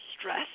stress